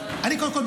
קודם כול,